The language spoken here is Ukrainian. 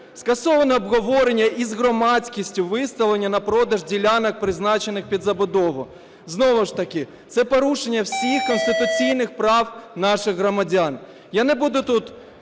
Скасовано обговорення із громадськістю виставлення на продаж ділянок, призначених під забудову. Знову ж таки це порушення всіх конституційних прав наших громадян. Я не буду тут